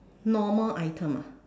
normal item ah